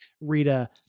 Rita